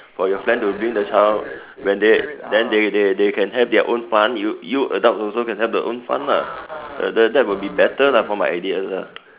for your plan to bring the child when they then they they they can have their own fun you you adults also can have the own fun lah that that would be better lah for my idea